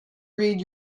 read